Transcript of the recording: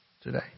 today